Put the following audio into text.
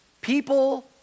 people